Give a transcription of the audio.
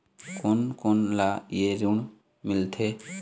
कोन कोन ला ये ऋण मिलथे?